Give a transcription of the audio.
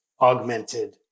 augmented